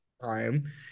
time